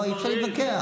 לא, אי-אפשר להתווכח.